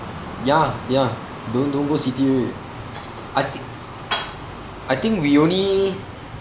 ya ya don't don't go city I think I think we only